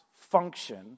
function